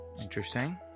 Interesting